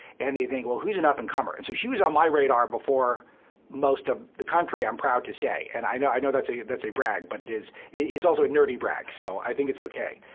and they think, well, who's an up-and-comer? and so she was on my radar before most of the country, i'm proud to say. and i know i know that's a that's a brag, but it is it's also a nerdy brag, so i think it's ok.